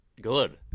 good